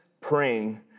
praying